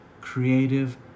creative